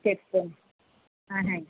చేసుకోండి ఆహ ఆయ్